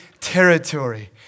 territory